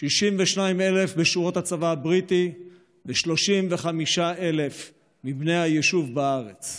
62,000 בשורות הצבא הבריטי ו-35,000 מבני היישוב בארץ,